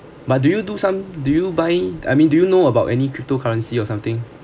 but do you do some do you buy I mean do you know about any cryptocurrency or something